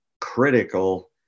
critical